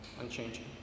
unchanging